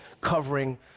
covering